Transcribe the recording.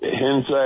hence